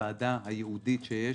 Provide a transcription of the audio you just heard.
בוועדה הייעודית שיש,